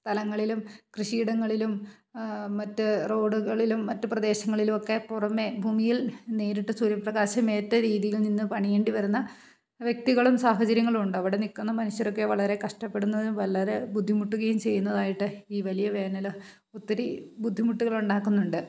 സ്ഥലങ്ങളിലും കൃഷിയിടങ്ങളിലും മറ്റു റോഡുകളിലും മറ്റ് പ്രദേശങ്ങളിലുമൊക്കെ പുറമെ ഭൂമിയിൽ നേരിട്ട് സൂര്യപ്രകാശമേറ്റ രീതിയിൽ നിന്ന് പണിയേണ്ടി വരുന്ന വ്യക്തികളും സാഹചര്യങ്ങളും ഉണ്ടവിടെ നിൽക്കുന്ന മനുഷ്യരൊക്കെ വളരെ കഷ്ടപ്പെടുന്നത് വളരെ ബുദ്ധിമുട്ടുകയും ചെയ്യുന്നതായിട്ട് ഈ വലിയ വേനൽ ഒത്തിരി ബുദ്ധിമുട്ടുകളുണ്ടാക്കുന്നുണ്ട്